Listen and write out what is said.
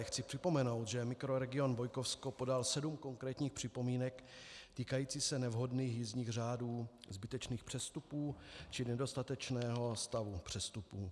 Chci připomenout, že mikroregion Bojkovsko podal sedm konkrétních připomínek týkajících se nevhodných jízdních řádů, zbytečných přestupů či nedostatečného stavu přestupů.